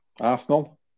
Arsenal